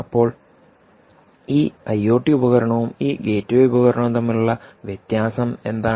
അപ്പോൾ ഈ ഉപകരണവും ഈ ഗേറ്റ്വേ ഉപകരണവും തമ്മിലുള്ള വ്യത്യാസം എന്താണ്